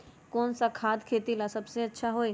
कौन सा खाद खेती ला सबसे अच्छा होई?